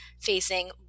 facing